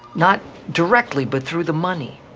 not directly, but through the money.